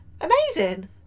amazing